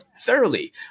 thoroughly